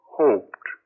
hoped